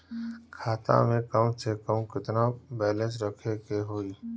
खाता में कम से कम केतना बैलेंस रखे के होईं?